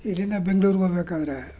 ಇಲ್ಲಿಂದ ಬೆಂಗ್ಳೂರಿಗೆ ಹೋಗ್ಬೇಕೆಂದ್ರೆ